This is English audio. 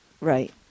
Right